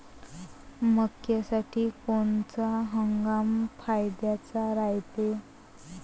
मक्क्यासाठी कोनचा हंगाम फायद्याचा रायते?